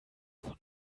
von